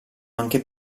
anche